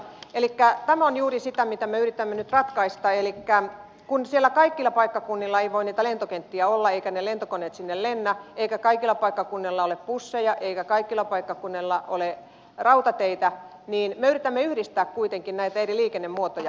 tämä on juuri sitä mitä me yritämme nyt ratkaista elikkä kun kaikilla paikkakunnilla ei voi niitä lentokenttiä olla eivätkä ne lentokoneet sinne lennä eikä kaikilla paikkakunnilla ole busseja eikä kaikilla paikkakunnilla ole rautateitä niin me yritämme kuitenkin yhdistää näitä eri liikennemuotoja